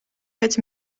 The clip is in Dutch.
het